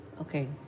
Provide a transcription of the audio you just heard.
Okay